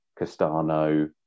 Castano